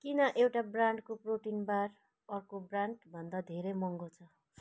किन एउटा ब्रान्डको प्रोटिन बार अर्को ब्रान्डभन्दा धेरै महँगो छ